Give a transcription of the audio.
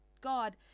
god